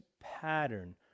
pattern